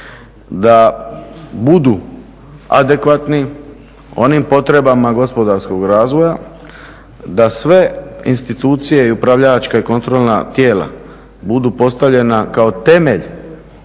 da budu adekvatni onim potrebama gospodarskog razvoja, da sve institucije, i upravljačka i kontrolna tijela budu postavljena kao temelj